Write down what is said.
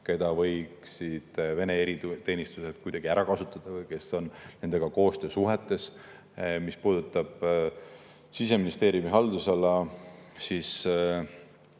keda võiksid Vene eriteenistused ära kasutada või kes on nendega koostöösuhetes. Mis puudutab kas Siseministeeriumi haldusala või